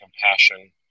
compassion